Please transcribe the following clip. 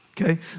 Okay